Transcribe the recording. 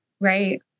Right